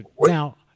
Now